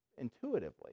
intuitively